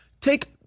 take